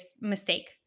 mistake